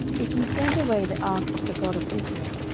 if ye send away the ark of the god of israel,